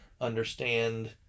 understand